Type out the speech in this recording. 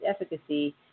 efficacy